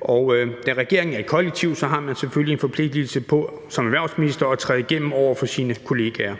Og da regeringen er et kollektiv, har man selvfølgelig en forpligtelse til som erhvervsminister at trænge igennem over for sine kolleger.